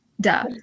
duh